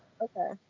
Okay